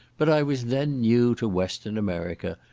but i was then new to western america,